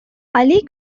ali